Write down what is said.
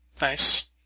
Nice